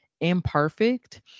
imperfect